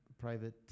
private